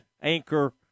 anchor